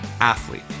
athlete